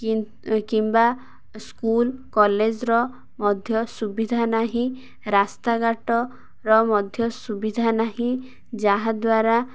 କି କିମ୍ବା ସ୍କୁଲ୍ କଲେଜ୍ର ମଧ୍ୟ ସୁବିଧା ନାହିଁ ରାସ୍ତାଘାଟର ମଧ୍ୟ ସୁବିଧା ନାହିଁ ଯାହାଦ୍ୱାରା